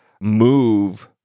move